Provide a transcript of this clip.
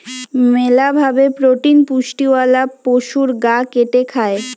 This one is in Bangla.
মেলা ভাবে প্রোটিন পুষ্টিওয়ালা পশুর গা কেটে খায়